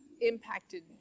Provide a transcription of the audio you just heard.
impacted